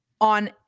on